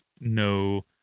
no